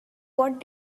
what